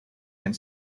and